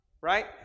right